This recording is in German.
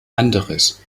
anderes